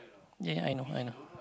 ya I know I know